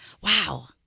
wow